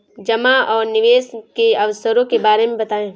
जमा और निवेश के अवसरों के बारे में बताएँ?